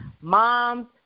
Moms